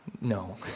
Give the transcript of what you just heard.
no